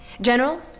General